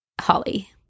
Holly